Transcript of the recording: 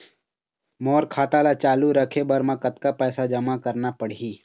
मोर खाता ला चालू रखे बर म कतका पैसा जमा रखना पड़ही?